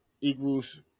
equals